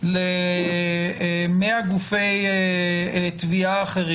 למאה גופי תביעה אחרים.